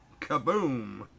Kaboom